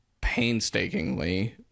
painstakingly